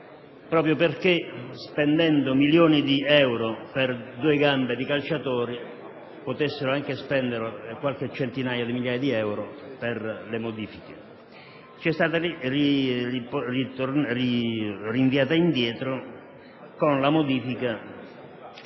(proprio perché, spendendo milioni di euro per due gambe di calciatori, potessero anche spendere qualche centinaio di migliaia di euro per le modifiche degli impianti), ci è stata rimandata indietro con un emendamento